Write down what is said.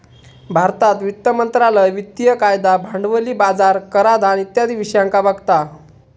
भारतात वित्त मंत्रालय वित्तिय कायदा, भांडवली बाजार, कराधान इत्यादी विषयांका बघता